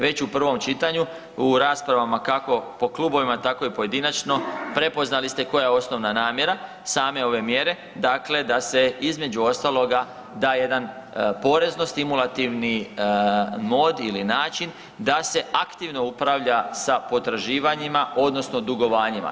Već u prvom čitanju u raspravama kako po klubovima, tako i pojedinačno, prepoznali ste koja je osnovna namjera same ove mjere, dakle da se između ostaloga, da jedan porezno-stimulativni mode ili način da se aktivno upravlja sa potraživanjima, odnosno dugovanjima.